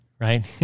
right